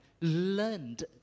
learned